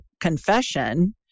confession